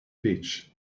beach